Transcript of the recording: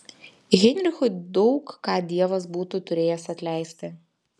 heinrichui daug ką dievas būtų turėjęs atleisti